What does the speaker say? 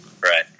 Right